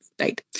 right